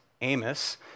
Amos